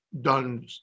done